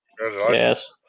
yes